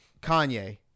Kanye